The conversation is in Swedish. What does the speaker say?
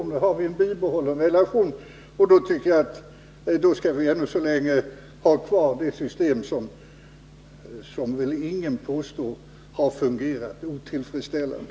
Nu har vi en bibehållen relation, och då tycker jag att vi skall ha kvar ett system som ingen kan påstå har fungerat otillfredsställande.